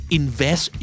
invest